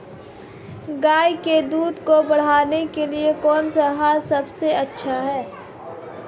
गाय के दूध को बढ़ाने के लिए कौनसा आहार सबसे अच्छा है?